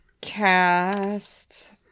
cast